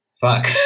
fuck